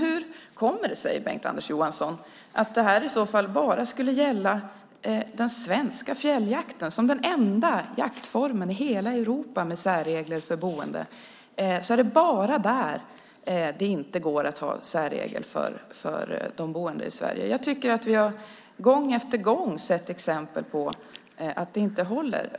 Hur kommer det sig, Bengt-Anders Johansson, att det här i så fall bara skulle gälla den svenska fjälljakten? Detta skulle vara den enda jaktformen i hela Europa med särregler för boende. Det är bara i denna form det inte går att ha särregler för de boende i Sverige. Jag tycker att vi gång efter gång har sett exempel på att det inte håller.